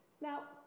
Now